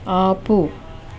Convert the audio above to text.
ఆపు